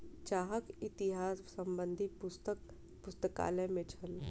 चाहक इतिहास संबंधी पुस्तक पुस्तकालय में छल